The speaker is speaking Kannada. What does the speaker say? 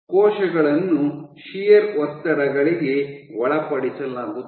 ಕೋಶಗಳನ್ನು ಶಿಯರ್ ಒತ್ತಡಗಳಿಗೆ ಒಳಪಡಿಸಲಾಗುತ್ತದೆ